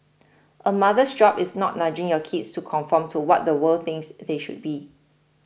a mother's job is not nudging your kids to conform to what the world thinks they should be